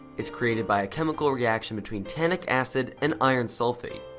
it's created by a chemical reaction between tanic acid and iron sulfate.